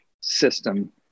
system